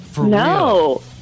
no